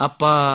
Apa